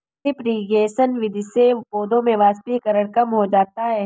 drip irrigation विधि से पौधों में वाष्पीकरण कम हो जाता है